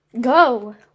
Go